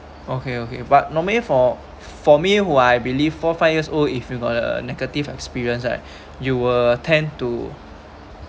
okay okay but normally for for me who I believe four five years old if you got a negative experience right you will tend to